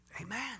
amen